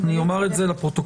אני אומר את זה לפרוטוקול,